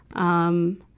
um,